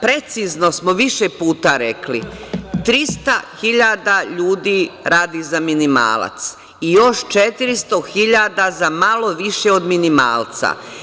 Precizno smo više puta rekli - 300.000 ljudi radi za minimalac i još 400.000 za malo više od minimalca.